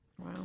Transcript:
Wow